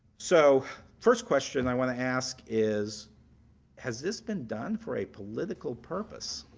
so first question i want to ask is has this been done for a political purpose?